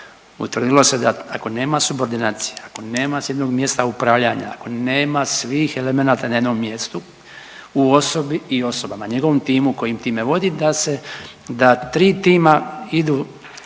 utvrdilo se da ako nema subordinacije, ako nema s jednog mjesta upravljanja, ako nema svih elemenata na jednom mjestu u osobi i osobama, njegovom timu kojim time vodi da se, da tri tima idu